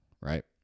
right